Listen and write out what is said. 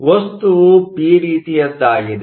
ವಸ್ತುವು ಪಿ ರೀತಿಯದ್ದಾಗಿದೆ